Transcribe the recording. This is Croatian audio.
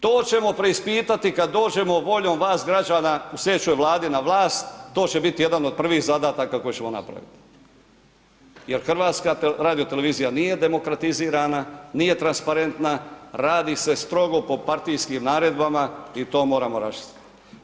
To ćemo preispitati kad dođemo voljom vas građana u slijedećoj Vladi na vlast, to će biti jedan od prvih zadataka koje ćemo napraviti jer HRT nije demokratizirana, nije transparentna, radi se strogo po partijskim naredbama i to moramo raščistiti.